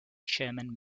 sherman